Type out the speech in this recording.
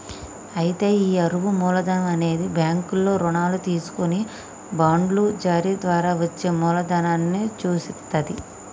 అయితే ఈ అరువు మూలధనం అనేది బ్యాంకుల్లో రుణాలు తీసుకొని బాండ్లు జారీ ద్వారా వచ్చే మూలదనాన్ని సూచిత్తది